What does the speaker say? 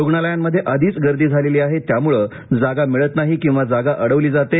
रुग्णालयांमध्ये आधीच गर्दी झालेली आहे त्यामुळे जागा मिळत नाही किंवा जागा अडविली जाते